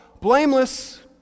blameless